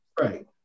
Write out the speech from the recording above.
Right